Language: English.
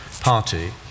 party